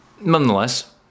nonetheless